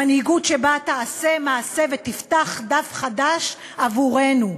מנהיגות שבה תעשה מעשה ותפתח דף חדש עבורנו.